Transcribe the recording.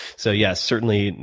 so yes, certainly,